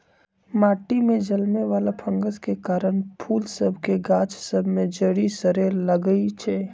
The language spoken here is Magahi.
माटि में जलमे वला फंगस के कारन फूल सभ के गाछ सभ में जरी सरे लगइ छै